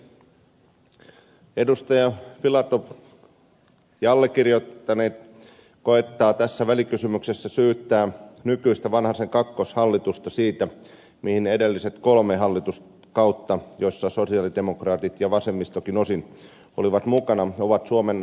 filatov ja allekirjoittaneet koettavat tässä välikysymyksessä syyttää nykyistä vanhasen kakkoshallitusta siitä mihin edelliset kolme hallituskautta joissa sosialidemokraatit ja vasemmistokin osin olivat mukana ovat suomen vanhustenhuollon johtaneet